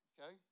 Okay